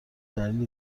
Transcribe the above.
دلیلی